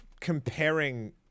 comparing